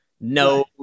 no